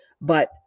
But-